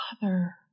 Father